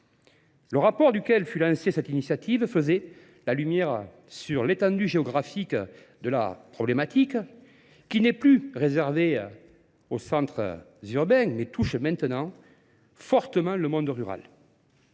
Le rapport duquel fut lancé cette initiative faisait la lumière sur l'étendue géographique de la problématique qui n'est plus réservée au centre urbain, mais touche maintenant fortement le monde rural.